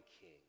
king